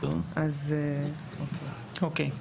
אוקיי.